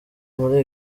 muri